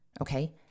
Okay